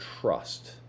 trust